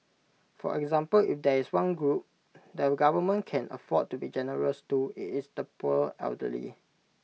for example if there is one group the government can afford to be generous to IT is the poor elderly